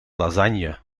lasagne